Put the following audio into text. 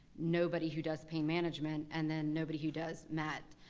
nobody who does pain management and then nobody who does mat.